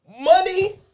Money